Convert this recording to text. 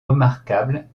remarquable